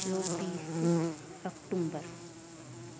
चोबीस अक्टूबर